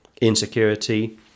insecurity